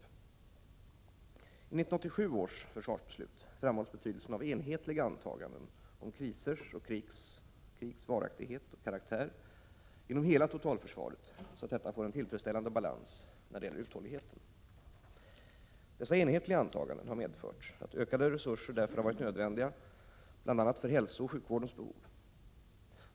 I 1987 års försvarsbeslut framhålls betydelsen av enhetliga antaganden om krisers och krigs varaktighet och karaktär inom hela totalförsvaret så att detta får en tillfredsställande balans när det gäller uthålligheten. Dessa enhetliga antaganden har medfört att ökade resurser därför har varit nödvändiga, bl.a. för hälsooch sjukvårdens behov.